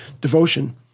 devotion